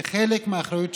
זה חלק מהאחריות שלנו.